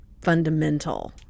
fundamental